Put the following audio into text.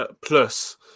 plus